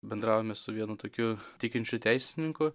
bendraujame su vienu tokiu tikinčiu teisininku